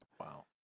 Wow